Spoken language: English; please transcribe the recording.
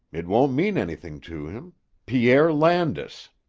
it won't mean anything to him pierre landis.